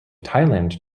thailand